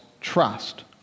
trust